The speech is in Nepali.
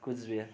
कुचबिहार